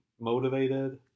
motivated